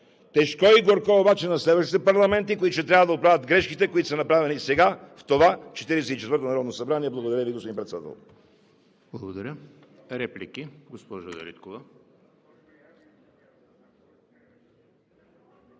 Тежко и горко обаче на следващите парламенти, които ще трябва да оправят грешките, които са направени сега, в това Четиридесет и четвърто народно събрание. Благодаря Ви, господин Председател.